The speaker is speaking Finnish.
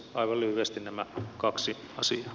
aivan lyhyesti nämä kaksi asiaa